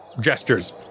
gestures